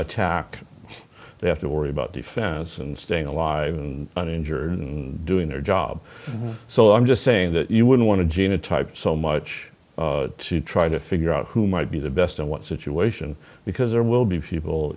attack they have to worry about defense and staying alive and uninjured and doing their job so i'm just saying that you wouldn't want to gina type so much to try to figure out who might be the best in what situation because there will be people